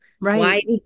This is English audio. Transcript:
Right